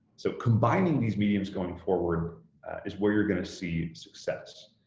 so combining these mediums going forward is where you're going to see success.